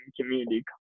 community